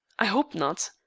i hope not.